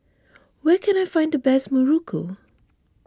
where can I find the best Muruku